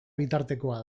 bitartekoa